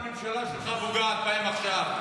למה הממשלה שלך פוגעת בהם עכשיו?